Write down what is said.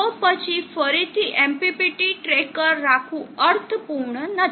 તો પછી ફરીથી MPPT ટ્રેકર રાખવું અર્થપૂર્ણ નથી